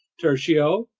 tertio,